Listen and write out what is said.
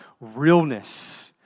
realness